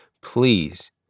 please